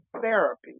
therapy